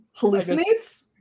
hallucinates